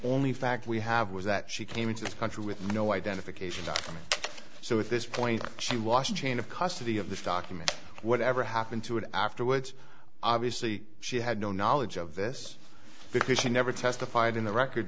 only fact we have was that she came into this country with no identification documents so at this point she washed chain of custody of this document whatever happened to it afterwards obviously she had no knowledge of this because she never testified in the record